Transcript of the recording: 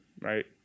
right